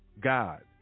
God